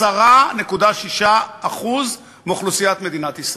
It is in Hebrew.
10.6% מאוכלוסיית מדינת ישראל.